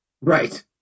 Right